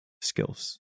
skills